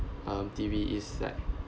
um T_V is like